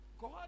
God